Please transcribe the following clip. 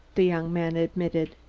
the young man admitted.